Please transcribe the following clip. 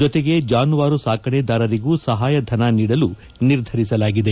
ಜೊತೆಗೆ ಜಾನುವಾರು ಸಾಕಣೆದಾರರಿಗೂ ಸಹಾಯ ಧನ ನೀಡಲು ನಿರ್ಧರಿಸಲಾಗಿದೆ